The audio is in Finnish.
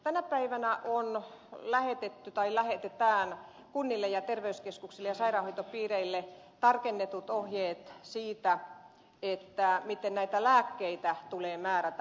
tänä päivänä on lähetetty tai lähetetään kunnille ja terveyskeskuksille ja sairaanhoitopiireille tarkennetut ohjeet siitä miten näitä lääkkeitä tulee määrätä